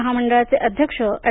महामंडळाचे अध्यक्ष एड